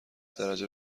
درجه